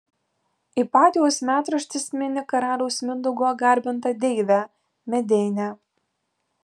ipatijaus metraštis mini karaliaus mindaugo garbintą deivę medeinę